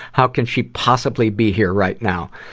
how can she possibly be here right now?